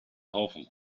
kaufen